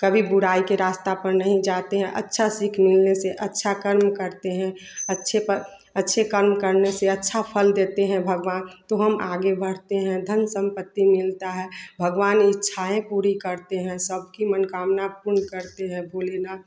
कभी बुराई के रास्ते पर नहीं जाते हैं अच्छा सीख मिलने से अच्छा कर्म करते हैं अच्छे पर अच्छे कर्म करने से अच्छा फल देते हैं भगवान तो हम आगे बढ़ते हैं धन संपत्ति मिलती है भगवान इच्छाएँ पूरी करते हैं सबकी मानोकामना पूर्ण करते हैं भोलेनाथ